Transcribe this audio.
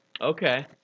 Okay